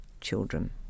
children